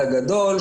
בגדול,